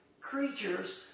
creatures